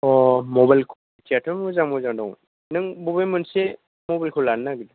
औ मबाइल क्वालिटियाथ' मोजां मोजां दं नों बबे मोनसे मबाइलखौ लानो नागिरदों